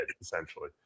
essentially